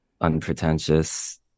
unpretentious